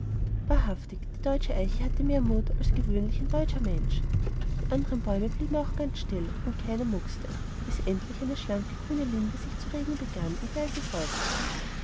wahrhaftig die deutsche eiche hatte mehr mut als gewöhnlich ein deutscher mensch die andern bäume blieben auch ganz still und keiner muckste bis endlich eine schlanke grüne linde sich zu regen begann und leise säuselte